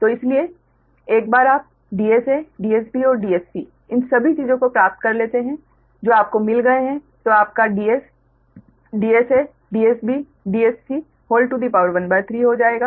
तो इसलिए एक बार आप DsaDsb और Dsc इन सभी चीजों को प्राप्त कर लेते हैं जो आपको मिल गए हैं तो आपका Ds DsaDsbDsc13 हो जाएगा